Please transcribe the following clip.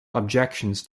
objections